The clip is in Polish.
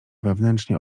wewnętrznie